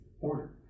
order